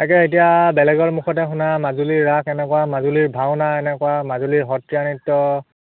তাকে এতিয়া বেলেগৰ মুখতে শুনা মাজুলীৰ ৰাস এনেকুৱা মাজুলীৰ ভাওনা এনেকুৱা মাজুলীৰ সত্ৰীয়া নৃত্য